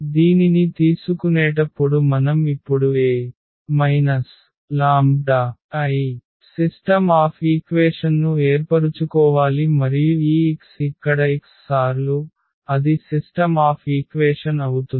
దీనిని తీసుకునేటప్పుడు మనం ఇప్పుడు A λI సిస్టమ్ ఆఫ్ ఈక్వేషన్ను ఏర్పరుచుకోవాలి మరియు ఈ x ఇక్కడ x సార్లు అది సిస్టమ్ ఆఫ్ ఈక్వేషన్ అవుతుంది